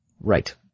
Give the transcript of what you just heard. Right